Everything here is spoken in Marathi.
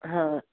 हा